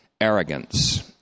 Arrogance